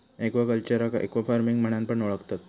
एक्वाकल्चरका एक्वाफार्मिंग म्हणान पण ओळखतत